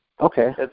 Okay